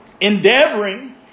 Endeavoring